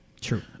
True